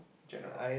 general